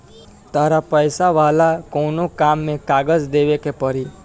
तहरा पैसा वाला कोनो काम में कागज देवेके के पड़ी